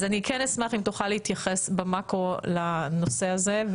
אז אני כן אשמח אם תוכל להתייחס במאקרו לנושא הזה,